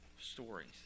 stories